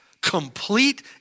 complete